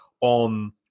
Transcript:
on